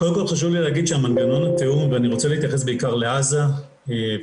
קודם כל כי ההלכה היהודית דורשת מאתנו לדאוג